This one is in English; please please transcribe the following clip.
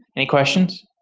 any questions?